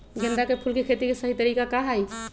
गेंदा के फूल के खेती के सही तरीका का हाई?